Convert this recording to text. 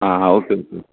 हां आं okay okay